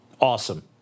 Awesome